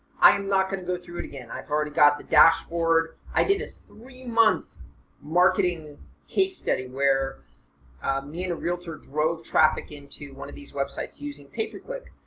i'm not going to go through it again. i've already got the dashboard. i did a three-month marketing case study where me and a realtor drove traffic into one of these websites using pay-per-click.